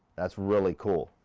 that's really cool.